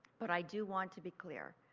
but i do want to be clear.